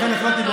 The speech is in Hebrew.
לכן החלטתי,